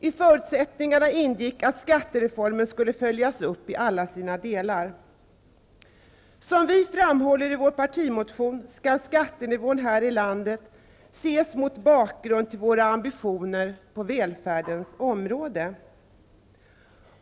I förutsättningarna ingick att skattereformen skulle följas upp i alla dess delar. Som vi framhåller i vår partimotion skall skattenivån här i landet ses mot bakgrund av våra ambitioner på välfärdens område.